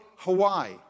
Hawaii